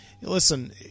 Listen